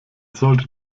sollte